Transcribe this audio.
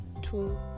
two